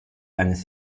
eines